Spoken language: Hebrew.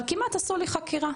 אבל כמעט עשו לי חקירה.